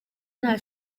nta